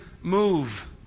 move